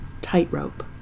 Tightrope